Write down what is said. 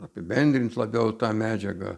apibendrint labiau tą medžiagą